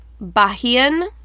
Bahian